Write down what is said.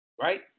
Right